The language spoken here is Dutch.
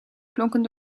klonken